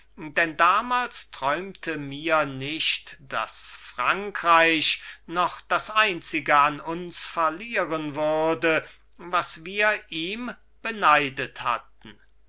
denn damals träumte mir nicht daß frankreich noch das einzige an uns verlieren würde was wir ihm beneidet hatten